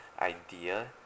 idea